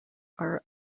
are